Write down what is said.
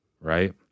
right